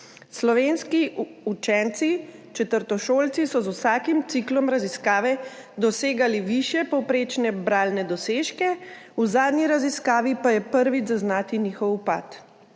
Slovenski učenci četrtošolci so z vsakim ciklom raziskave dosegali višje povprečne bralne dosežke, v zadnji raziskavi pa je prvič zaznati njihov upad,